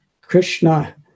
Krishna